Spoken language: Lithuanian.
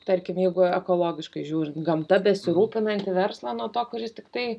tarkim jeigu ekologiškai žiūrint gamta besirūpinantį verslą nuo to kuris tiktai